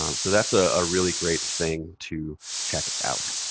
um so that's a ah really great thing to check out.